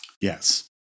Yes